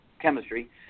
chemistry